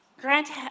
Grant